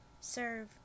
serve